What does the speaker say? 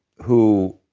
who,